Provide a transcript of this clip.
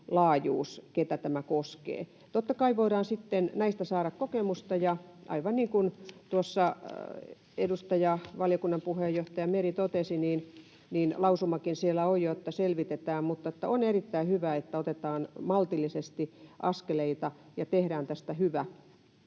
laajuus, keitä tämä koskee. Totta kai voidaan sitten näistä saada kokemusta. Aivan niin kuin tuossa edustaja, valiokunnan puheenjohtaja Meri totesi, niin siellä on lausumakin, että selvitetään. Mutta on erittäin hyvä, että otetaan maltillisesti askeleita ja tehdään tästä hyvä,